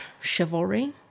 chivalry